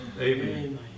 Amen